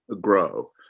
grow